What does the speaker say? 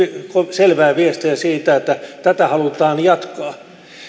selvää viestiä siitä että tätä halutaan jatkaa